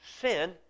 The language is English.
Sin